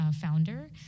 founder